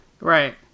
Right